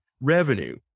revenue